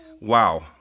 Wow